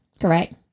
correct